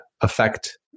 affect